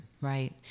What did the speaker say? Right